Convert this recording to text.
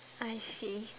I see